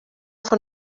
von